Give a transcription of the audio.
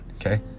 Okay